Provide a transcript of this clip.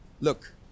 Look